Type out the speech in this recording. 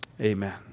Amen